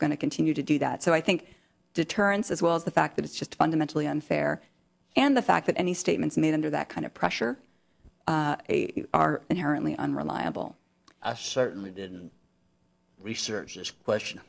are going to continue to do that so i think deterrence as well as the fact that it's just fundamentally unfair and the fact that any statements made under that kind of pressure are inherently unreliable certainly didn't research this question